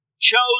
chose